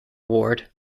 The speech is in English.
ward